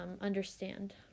understand